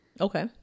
Okay